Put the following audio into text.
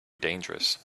dangerous